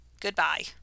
goodbye